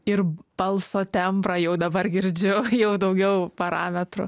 ir balso tembrą jau dabar girdžiu jau daugiau parametrų